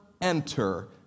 enter